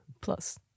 Plus